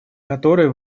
который